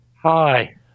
Hi